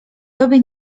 tobie